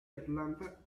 atlanta